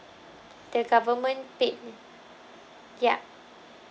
the government paid ya